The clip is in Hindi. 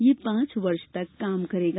यह पांच वर्ष तक काम करेगा